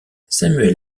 samuel